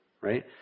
right